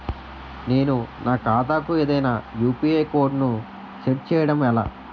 నేను నా ఖాతా కు ఏదైనా యు.పి.ఐ కోడ్ ను సెట్ చేయడం ఎలా?